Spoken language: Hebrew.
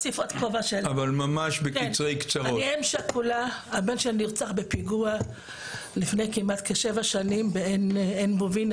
הבן שלי נרצח בפיגוע לפני כמעט כשבע שנים בעין בובין,